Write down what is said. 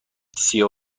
سیاه